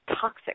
toxic